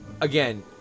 again